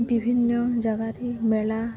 ବିଭିନ୍ନ ଜାଗାରେ ମେଳା